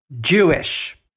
Jewish